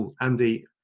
andy